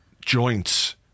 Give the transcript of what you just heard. joints